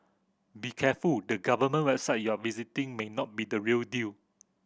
be careful the government website you are visiting may not be the real deal